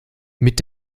mit